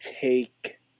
take